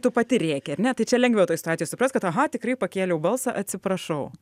tu pati rėki ar ne tai čia lengviau toj situacijoj suprast kad aha tikrai pakėliau balsą atsiprašau